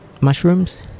mushrooms